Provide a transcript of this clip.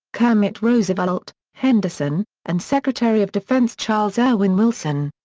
kermit roosevelt, henderson, and secretary of defense charles erwin wilson.